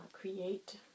create